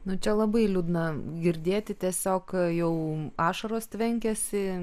nu čia labai liūdna girdėti tiesiog jau ašaros tvenkiasi